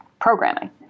programming